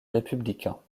républicains